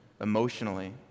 emotionally